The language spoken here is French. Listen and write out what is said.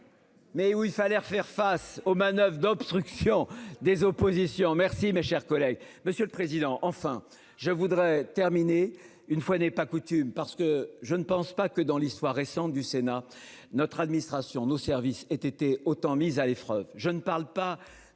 Mais où il fallait faire face aux manoeuvres d'obstruction des oppositions merci mes chers collègues, monsieur le président, enfin je voudrais terminer. Une fois n'est pas coutume, parce que je ne pense pas que dans l'histoire récente du Sénat. Notre administration nos services aient été autant mis à l'épreuve. Je ne parle pas